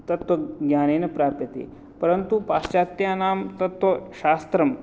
तत्त्वज्ञानेन प्राप्यते परन्तु पाश्चात्यानां तत्त्वशास्त्रं